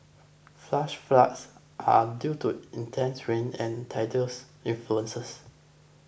flash floods are due to intense rain and tidal s influences